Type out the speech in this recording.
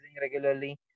regularly